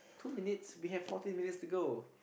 two minutes we have fourteen minutes to go